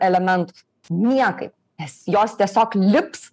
elementus niekaip nes jos tiesiog lips